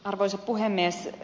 arvoisa puhemies